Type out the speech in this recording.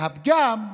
והפגם,